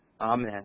Amen